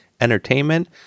entertainment